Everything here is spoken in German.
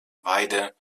weide